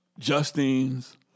Justine's